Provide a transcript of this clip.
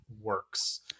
works